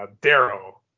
Darrow